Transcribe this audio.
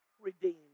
Redeemed